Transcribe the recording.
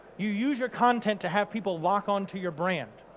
you use your content to have people lock on to your brand.